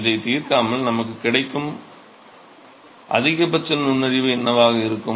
இதை தீர்க்காமல் நமக்குக் கிடைக்கும் அதிகபட்ச நுண்ணறிவு என்னவாக இருக்கும்